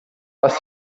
was